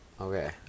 Okay